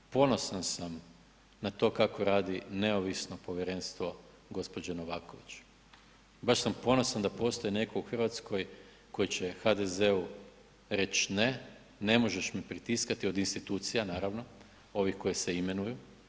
Ponosan sam na to kako radi neovisno povjerenstvo gospođe Novaković, baš sam ponosan da postoji netko u Hrvatskoj koji će HDZ-u reći ne, ne možeš me pritiskati od institucija naravno ovih koji se imenuju.